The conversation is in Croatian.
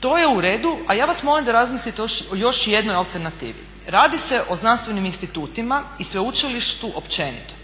To je u redu a ja vas molim da razmislite o još jednoj alternativi. Radi se o znanstvenim institutima i sveučilištu općenito.